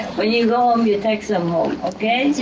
when you go home, you take some home, okay?